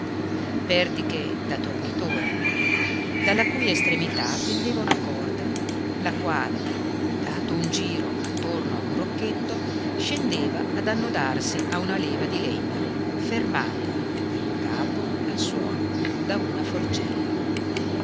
e solidi pertiche da tornitore dalla cui estremità pendeva una corda la quale dato un giro attorno a un rocchetto scendeva ad annodarsi a una leva di legno fermata per un capo al suolo da una forcella